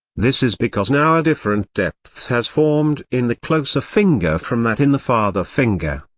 this is because now a different depth has formed in the closer finger from that in the farther finger.